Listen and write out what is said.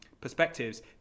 perspectives